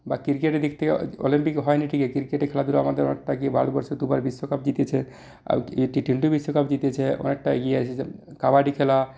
বা ক্রিকেটের দিক থেকে অলিম্পিকে হয়নি ঠিকই কিন্তু ক্রিকেটে খেলাধুলা অনেকটা এগিয়ে ভারতবর্ষ দু দু বার বিশ্বকাপ জিতেছে আর টি টোয়েন্টি বিশ্বকাপ জিতেছে অনেকটা এগিয়ে আছে কবাডি খেলা